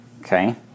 Okay